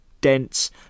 dense